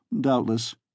Doubtless